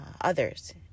others